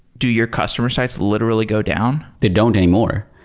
do your customer sites literally go down? they don't anymore.